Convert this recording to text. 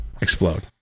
explode